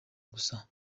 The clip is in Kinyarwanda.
gusa